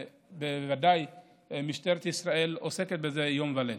ובוודאי משטרת ישראל עוסקת בזה יום וליל.